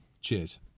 Cheers